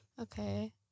Okay